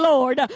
Lord